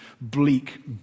bleak